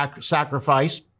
sacrifice